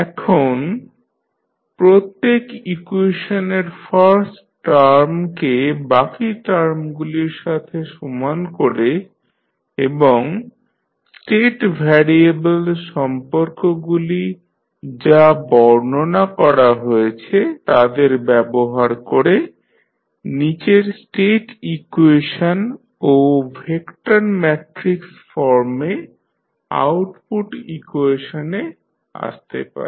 এখন প্রত্যেক ইকুয়েশনের ফার্স্ট টার্ম কে বাকি টার্মগুলির সঙ্গে সমান করে এবং স্টেট ভ্যারিয়েবল সম্পর্কগুলি যা বর্ণনা করা হয়েছে তাদের ব্যবহার করে নীচের স্টেট ইকুয়েশন ও ভেক্টর ম্যাট্রিক্স ফর্মে আউটপুট ইকুয়েশনে আসতে পারি